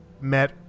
met